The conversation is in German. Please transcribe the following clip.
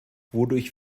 wodurch